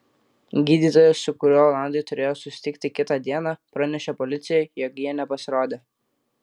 gydytojas su kuriuo olandai turėjo susitikti kitą dieną pranešė policijai jog jie nepasirodė